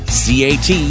cat